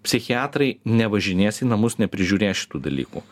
psichiatrai nevažinės į namus neprižiūrės šitų dalykų